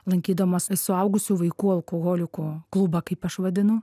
lankydamasi suaugusių vaikų alkoholikų klubą kaip aš vadinu